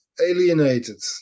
alienated